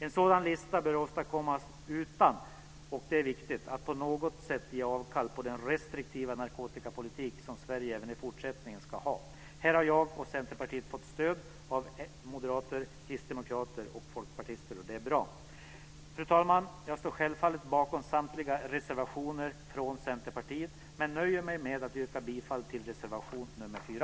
En sådan lista bör åstadkommas utan - och det är viktigt - att på något sätt ge avkall på den restriktiva narkotikapolitik som Sverige även i fortsättningen ska ha. Här har jag och Centerpartiet fått stöd av moderater, kristdemokrater och folkpartister, och det är bra. Fru talman! Jag står självfallet bakom samtliga reservationer från Centerpartiet, men jag nöjer mig med att yrka bifall till reservation nr 4.